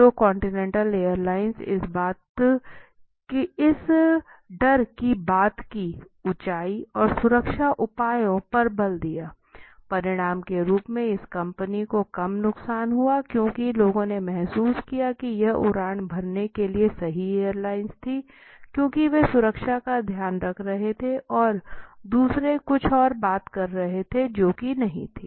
तो Continental Airlines इस डर की बात की ऊंचाई और सुरक्षा उपायों पर बल दिया परिणाम के रूप में इस कंपनी को कम नुकसान हुआ क्योंकि लोगों ने महसूस किया कि यह उड़ान भरने के लिए सही एयरलाइन थी क्योंकि वे सुरक्षा का ध्यान रख रहे थे और दूसरे कुछ और बात कर रहे थे जो कि नहीं था